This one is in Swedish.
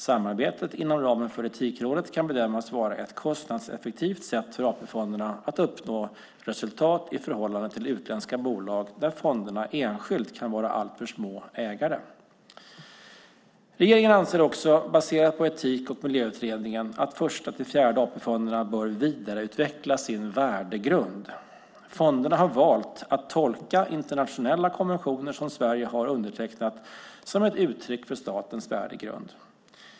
Samarbetet inom ramen för Etikrådet kan bedömas vara ett kostnadseffektivt sätt för AP-fonderna att uppnå resultat i förhållande till utländska bolag där fonderna enskilt kan vara alltför små ägare. Regeringen anser också, baserat på Etik och miljöutredningen, att Första-Fjärde AP-fonden bör vidareutveckla sin värdegrund. Fonderna har valt att tolka internationella konventioner som Sverige har undertecknat som ett uttryck för statens värdegrund.